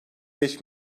beş